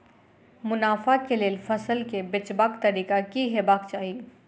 मुनाफा केँ लेल फसल केँ बेचबाक तरीका की हेबाक चाहि?